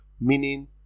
meaning